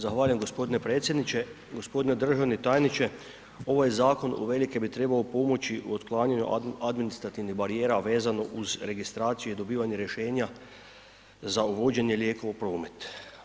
Zahvaljujem gospodine predsjedniče, gospodine državni tajniče, ovaj zakon, uvelike bi trebao pomoći u otklanjanju administrativnih barijera vezano uz registraciju i dobivanje rješenja za uvođenja lijeka u promet.